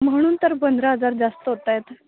म्हणून तर पंधरा हजार जास्त होत आहेत